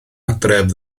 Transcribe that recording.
adref